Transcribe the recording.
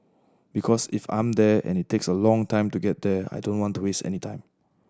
because if I'm there and it takes a long time to get there I don't want to waste any time